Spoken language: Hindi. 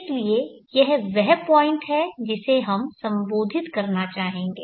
इसलिए यह वह पॉइंट है जिसे हम संबोधित करना चाहेंगे